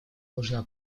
нужна